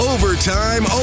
Overtime